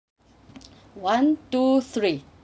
one two three